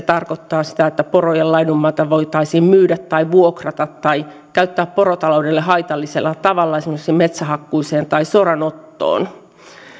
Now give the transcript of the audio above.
tarkoittaa sitä että porojen laidunmaata voitaisiin myydä vuokrata tai käyttää porotaloudelle haitallisella tavalla esimerkiksi metsähakkuuseen tai soranottoon